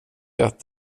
att